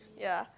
ya